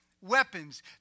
weapons